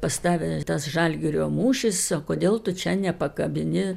pas tave tas žalgirio mūšis o kodėl tu čia nepakabini